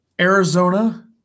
Arizona